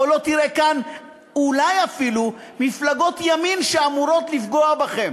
או שלא תראה כאן אולי אפילו מפלגות ימין שאמורות לפגוע בכם,